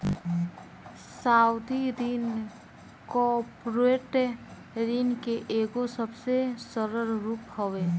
सावधि ऋण कॉर्पोरेट ऋण के एगो सबसे सरल रूप हवे